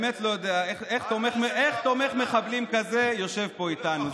אני באמת לא יודע איך תומך מחבלים כזה יושב פה איתנו.